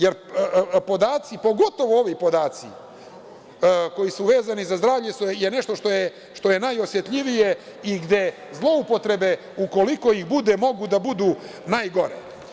Jer, podaci, pogotovo ovi podaci koji su vezani za zdravlje, je nešto što je najosetljivije i gde zloupotrebe, ukoliko ih bude, mogu da budu najgore.